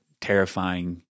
terrifying